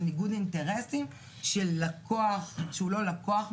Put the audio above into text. של ניגוד אינטרסים של לקוח שהוא לא לקוח בעצם,